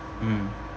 mm